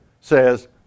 says